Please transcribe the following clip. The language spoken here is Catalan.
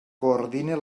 coordina